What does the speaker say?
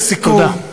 לסיכום,